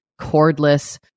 cordless